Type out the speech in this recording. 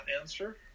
answer